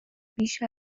بیش